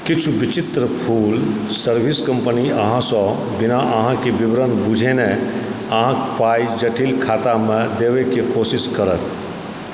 किछु विचित्र full service company अहाँसँ बिना अहाँकेँ विवरण बुझने अहाँकेँ पाइ जटिल खातामे देबैके कोशिश करत